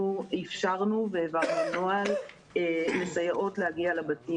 אנחנו אפשרנו, והעברנו נוהל, לסייעות להגיע לבתים.